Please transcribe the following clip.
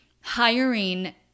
hiring